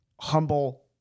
Humble